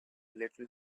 little